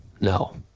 no